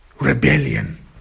rebellion